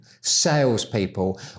salespeople